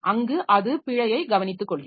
அங்கு அது பிழையை கவனித்துக்கொள்கிறது